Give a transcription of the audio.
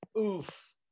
Oof